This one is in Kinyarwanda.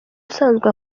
usanzwe